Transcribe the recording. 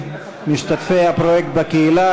משתתפי הפרויקט "בקהילה".